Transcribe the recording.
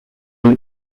will